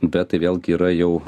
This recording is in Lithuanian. bet tai vėlgi yra jau